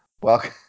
Welcome